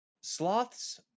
Sloths